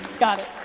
got it.